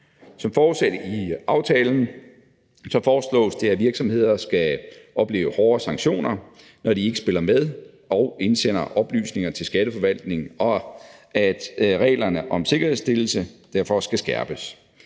Som forudsat i aftalen foreslås det, at virksomheder skal opleve hårdere sanktioner, når de ikke spiller med og indsender oplysninger til Skatteforvaltningen, og at reglerne for sikkerhedsstillelse derfor skal skærpes.